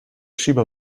schieber